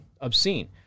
obscene